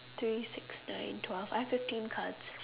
three six nine twelve I have fifteen cards